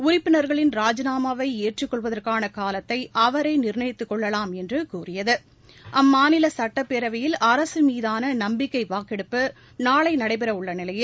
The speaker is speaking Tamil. உறுப்பினா்களின் ராஜிநாமாவை ஏற்றுக் கொள்வதற்கான காலத்தை அவரே நிர்ணயித்துக் கொள்ளவாம் என்று கூறியது அம்மாநில சுட்டப்பேரவையில் அரசு மீதான நம்பிக்கை வாக்கெடுப்பு நாளை நடைபெறவுள்ள நிலையில்